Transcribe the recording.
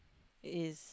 is